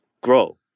grow